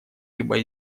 либо